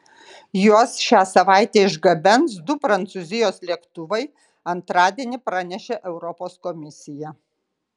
juos šią savaitę išgabens du prancūzijos lėktuvai antradienį pranešė europos komisija